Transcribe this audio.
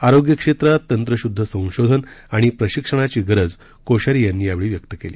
आरोग्य क्षेत्रात तंत्रशुद्ध संशोधन आणि प्रशिक्षणाची गरज कोश्यारी यांनी यावेळी व्यक्त केली